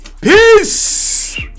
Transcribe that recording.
peace